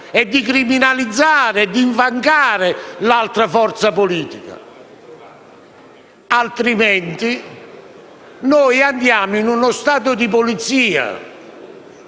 criminalizzare e infangare un'altra forza politica. Altrimenti vivremmo in uno Stato di polizia,